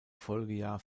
folgejahr